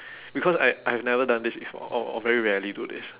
because I I have never done this before or or very rarely do this